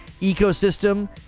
ecosystem